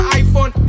iPhone